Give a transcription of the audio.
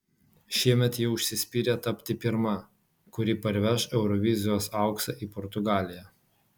šiemet ji užsispyrė tapti pirma kuri parveš eurovizijos auksą į portugaliją